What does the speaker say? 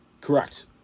Correct